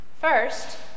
First